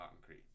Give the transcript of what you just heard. concrete